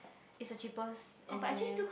is the cheapest and then